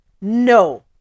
no